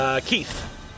Keith